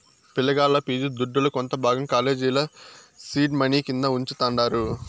పిలగాల్ల ఫీజు దుడ్డుల కొంత భాగం కాలేజీల సీడ్ మనీ కింద వుంచతండారు